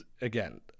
again